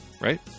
right